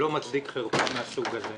לא מצדיק חרפה מן הסוג הזה.